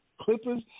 Clippers